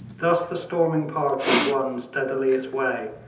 thus the storming party won steadily its way,